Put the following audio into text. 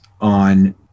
on